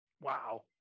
Wow